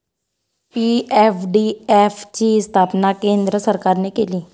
PFDF ची स्थापना केंद्र सरकारने केली